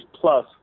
plus